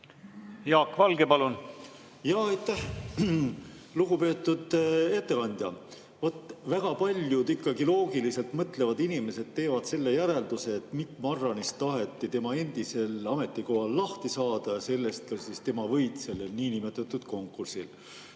Jaak Valge, palun! Jah, aitäh! Lugupeetud ettekandja! Väga paljud loogiliselt mõtlevad inimesed teevad selle järelduse, et Mikk Marranist taheti tema endisel ametikohal lahti saada ja sellest tema võit sellel niinimetatud konkursil.